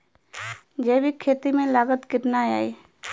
जैविक खेती में लागत कितना आई?